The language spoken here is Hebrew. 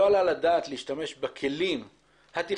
לא עלה על הדעת להשתמש בכלים התכנוניים